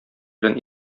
белән